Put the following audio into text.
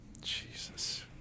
Jesus